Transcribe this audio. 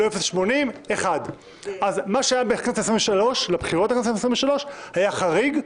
לא 0.80 אלא 1. מה שהיה בבחירות לכנסת העשרים ושלוש היה חריג,